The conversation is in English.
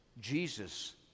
Jesus